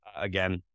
again